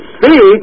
see